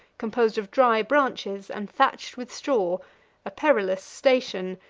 composed of dry branches, and thatched with straw a perilous station,